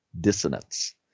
dissonance